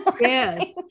Yes